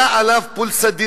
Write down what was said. היה עליו "פולסא דנורא",